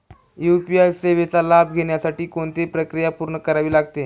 UPI सेवेचा लाभ घेण्यासाठी कोणती प्रक्रिया पूर्ण करावी लागते?